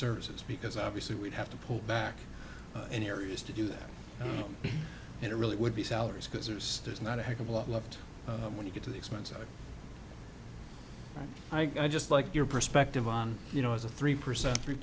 services because obviously we'd have to pull back in areas to do that and it really would be salaries because there's there's not a heck of a i love it when you get to the expense and i just like your perspective on you know as a three percent three